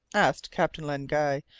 asked captain len guy,